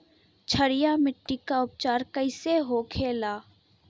क्षारीय मिट्टी का उपचार कैसे होखे ला?